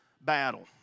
battle